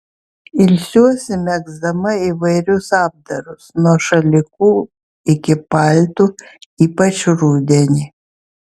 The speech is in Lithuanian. ilsiuosi megzdama įvairius apdarus nuo šalikų iki paltų ypač rudenį